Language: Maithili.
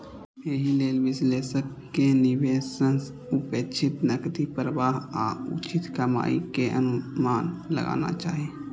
एहि लेल विश्लेषक कें निवेश सं अपेक्षित नकदी प्रवाह आ उचित कमाइ के अनुमान लगाना चाही